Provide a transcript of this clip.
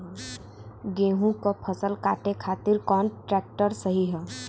गेहूँक फसल कांटे खातिर कौन ट्रैक्टर सही ह?